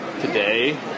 today